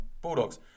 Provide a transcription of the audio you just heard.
Bulldogs